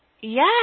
Yes